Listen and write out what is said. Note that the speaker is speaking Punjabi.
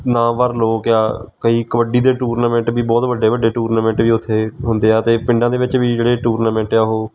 ਨਾਮਵਰ ਲੋਕ ਆ ਕਈ ਕਬੱਡੀ ਦੇ ਟੂਰਨਾਮੈਂਟ ਵੀ ਬਹੁਤ ਵੱਡੇ ਵੱਡੇ ਟੂਰਨਾਮੈਂਟ ਵੀ ਉੱਥੇ ਹੁੰਦੇ ਆ ਅਤੇ ਪਿੰਡਾਂ ਦੇ ਵਿੱਚ ਵੀ ਜਿਹੜੇ ਟੂਰਨਾਮੈਂਟ ਆ ਉਹ